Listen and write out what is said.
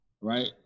right